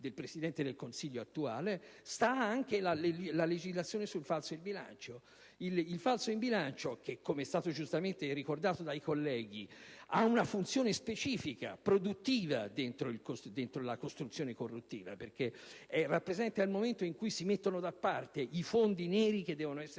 del Consiglio attuale sta anche la legislazione sul falso in bilancio. Il falso in bilancio, come è stato giustamente ricordato dei colleghi, ha una funzione specifica e produttiva dentro la costruzione corruttiva perché rappresenta il momento in cui si mettono da parte i fondi neri che devono essere